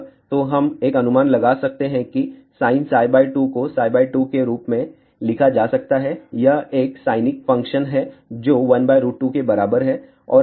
तो हम एक अनुमान लगा सकते हैं कि sin2 को 2 के रूप में लिखा जा सकता है यह एक sinc फ़ंक्शन है जो 12 के बराबर है